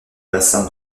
bassin